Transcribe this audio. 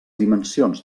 dimensions